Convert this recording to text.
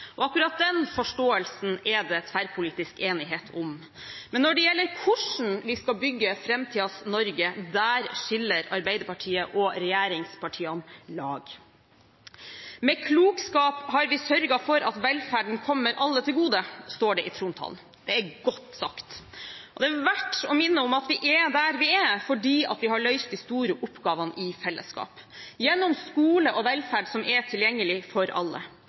til. Akkurat den forståelsen er det tverrpolitisk enighet om. Men når det gjelder hvordan vi skal bygge framtidens Norge, skiller Arbeiderpartiet og regjeringspartiene lag. «Med klokskap har vi sørget for at velferden kommer alle til gode», står det i trontalen. Det er godt sagt. Og det er verdt å minne om at vi er der vi er fordi vi har løst de store oppgavene i fellesskap – gjennom skole og velferd, som er tilgjengelig for alle